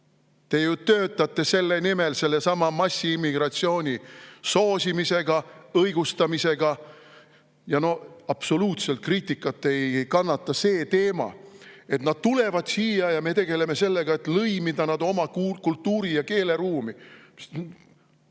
Te töötate selle nimel sellesama massiimmigratsiooni soosimisega, õigustamisega! No absoluutselt ei kannata kriitikat see teema, et nad tulevad siia ja me tegeleme sellega, et lõimida nad oma kultuuri- ja keeleruumi.